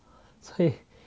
所以